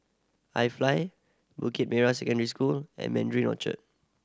IFly Bukit Merah Secondary School and Mandarin Orchard